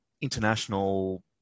international